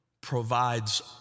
provides